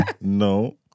No